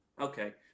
Okay